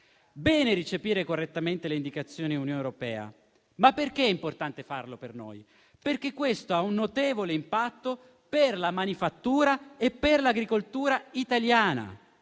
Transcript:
bene recepire correttamente le indicazioni dell'Unione europea, ma perché è importante farlo per noi? Questo ha un notevole impatto per la manifattura e l'agricoltura italiana.